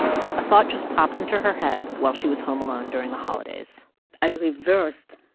a thought just popped into her head while she was home alone during the holidays i reversed